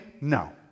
No